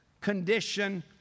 condition